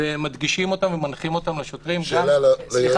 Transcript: ומדגישים אותם ומנחים אותם לשוטרים גם --- שאלה ליועץ המשפטי.